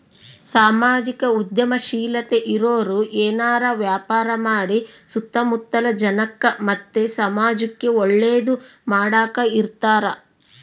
ಸಾಮಾಜಿಕ ಉದ್ಯಮಶೀಲತೆ ಇರೋರು ಏನಾರ ವ್ಯಾಪಾರ ಮಾಡಿ ಸುತ್ತ ಮುತ್ತಲ ಜನಕ್ಕ ಮತ್ತೆ ಸಮಾಜುಕ್ಕೆ ಒಳ್ಳೇದು ಮಾಡಕ ಇರತಾರ